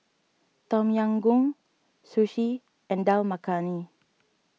Tom Yam Goong Sushi and Dal Makhani